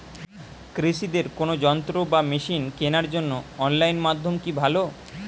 কৃষিদের কোন যন্ত্র বা মেশিন কেনার জন্য অনলাইন মাধ্যম কি ভালো?